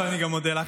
ואני מודה גם לך,